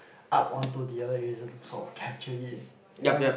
up onto the other eraser to sort of capture it you know